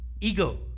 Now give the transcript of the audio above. Ego